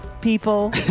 people